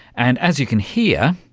and as you can hear,